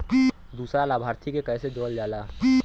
दूसरा लाभार्थी के कैसे जोड़ल जाला?